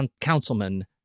councilman